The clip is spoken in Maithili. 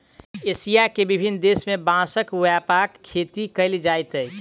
एशिया के विभिन्न देश में बांसक व्यापक खेती कयल जाइत अछि